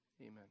Amen